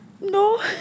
No